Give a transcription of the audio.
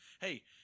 hey